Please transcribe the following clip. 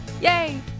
Yay